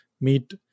meet